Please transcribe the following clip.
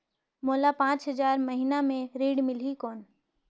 मोला पांच हजार महीना पे ऋण मिलही कौन?